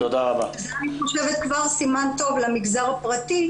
זה אני חושבת כבר סימן טוב למגזר הפרטי,